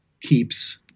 keeps